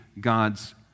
God's